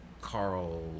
Carl